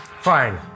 Fine